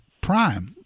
Prime